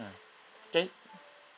okay